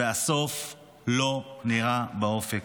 והסוף לא נראה באופק.